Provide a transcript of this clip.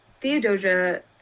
Theodosia